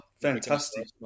fantastic